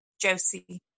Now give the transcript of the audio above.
Josie